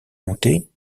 montés